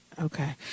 Okay